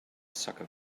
soccer